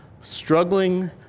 struggling